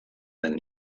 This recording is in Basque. den